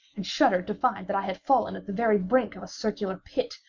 and shuddered to find that i had fallen at the very brink of a circular pit,